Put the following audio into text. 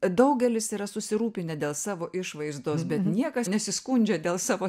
daugelis yra susirūpinę dėl savo išvaizdos bet niekas nesiskundžia dėl savo